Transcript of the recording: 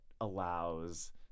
allows